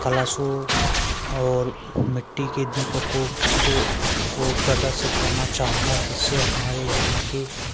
कलशों और मिट्टी के दीपकों को को प्रदर्शित करना चाहूँगा जिससे हमारे यहाँ के